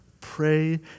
Pray